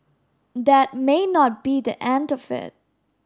that may not be the end of it